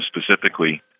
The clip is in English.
specifically